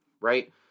right